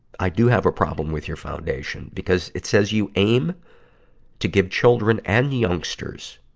i do have a problem with your foundation because it says you aim to give children and youngsters.